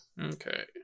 Okay